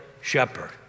shepherd